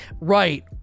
right